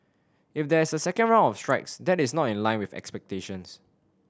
if there is a second round of strikes that is not in line with expectations